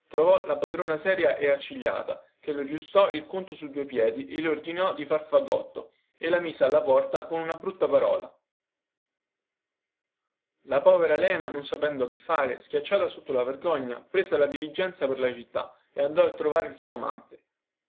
trovò la padrona seria e accigliata che le aggiustò il conto su due piedi le ordinò di far fagotto e la mise alla porta con una brutta parola la povera lena non sapendo che fare schiacciata sotto la vergogna prese la diligenza per la città e andò a trovare il suo amante